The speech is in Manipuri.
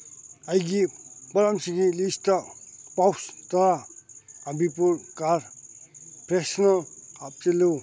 ꯑꯩꯒꯤ ꯄꯣꯠꯂꯝꯁꯤꯡꯒꯤ ꯂꯤꯁꯇ ꯄꯥꯎꯁ ꯇꯔꯥ ꯑꯝꯕꯤꯄꯨꯔ ꯀꯥꯔ ꯐ꯭ꯔꯦꯁꯅꯔ ꯍꯥꯞꯆꯤꯜꯂꯨ